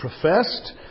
professed